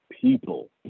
people